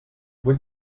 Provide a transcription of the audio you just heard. vull